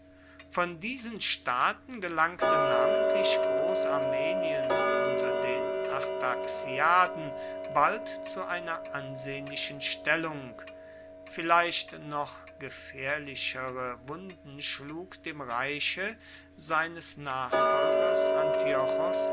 von diesen staaten gelangte namentlich großarmenien unter den artaxiaden bald zu einer ansehnlichen stellung vielleicht noch gefährlichere wunden schlug dem reiche seines nachfolgers